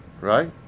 right